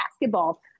basketball